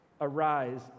arise